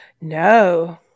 No